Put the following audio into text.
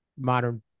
modern